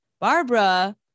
Barbara